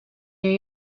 new